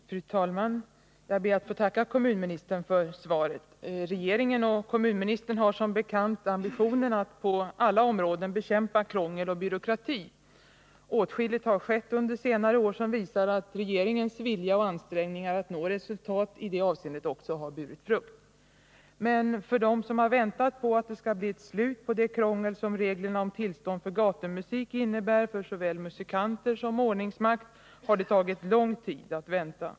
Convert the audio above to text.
Fru talman! Jag ber att få tacka kommunministern för svaret på min fråga. Regeringen och kommunministern har som bekant ambitionen att på alla områden bekämpa krångel och byråkrati. Åtskilligt har skett under senare år som visar att regeringens vilja och ansträngningar att nå resultat i det avseendet också har burit frukt. Men för dem som har väntat på att det skall bli ett slut på det krångel som reglerna för gatumusik innebär för såväl musiker som ordningsmakt har det varit lång tids väntan.